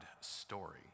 story